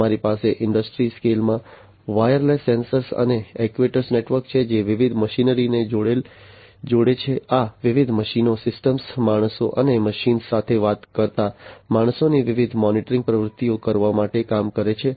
અમારી પાસે industry scale માં વાયરલેસ સેન્સર અને એક્ટ્યુએટર નેટવર્ક છે જે વિવિધ મશીનરી ને જોડે છે આ વિવિધ મશીનો સિસ્ટમ્સ માણસો અને મશીનો સાથે વાત કરતા માણસોની વિવિધ મોનિટરિંગ પ્રવૃત્તિઓ કરવા માટે કામ કરે છે